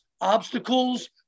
obstacles